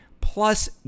plus